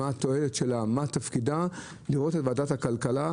מה תועלתה ותפקידה, לראות את ועדת הכלכלה,